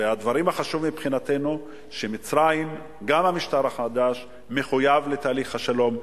הדברים החשובים מבחינתנו שגם המשטר החדש במצרים מחויב לתהליך השלום,